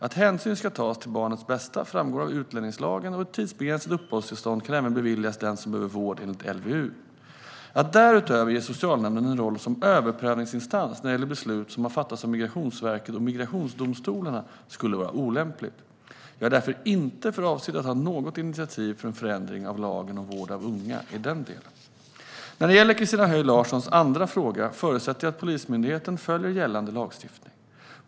Att hänsyn ska tas till barnets bästa framgår av utlänningslagen, och ett tidsbegränsat uppehållstillstånd kan även beviljas den som behöver vård enligt LVU. Att därutöver ge socialnämnden en roll som överprövningsinstans när det gäller beslut som har fattats av Migrationsverket och migrationsdomstolarna skulle vara olämpligt. Jag har därför inte för avsikt att ta något initiativ för en förändring av lagen om vård av unga i den delen. När det gäller Christina Höj Larsens andra fråga förutsätter jag att Polismyndigheten följer gällande lagstiftning.